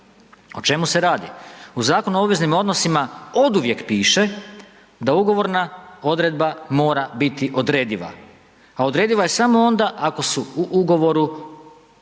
O čemu se radi? U Zakonu o obveznim odnosima oduvijek piše da ugovorna odredba mora biti odrediva, a odrediva je samo onda ako su u ugovoru ugovoreni